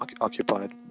occupied